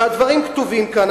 והדברים כתובים כאן.